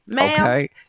Okay